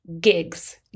GIGS